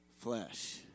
flesh